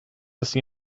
see